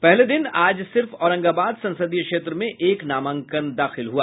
पहले दिन आज सिर्फ औरंगाबाद संसदीय क्षेत्र में एक नामांकन दाखिल हुआ